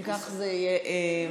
אם כך זה יהיה חמישה,